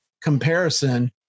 comparison